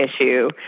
issue